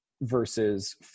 versus